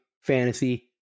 fantasy